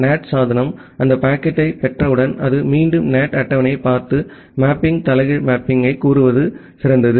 NAT சாதனம் அந்த பாக்கெட்டைப் பெற்றவுடன் அது மீண்டும் NAT அட்டவணையைப் பார்த்து மேப்பிங் தலைகீழ் மேப்பிங்கைக் கூறுவது சிறந்தது